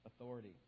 authority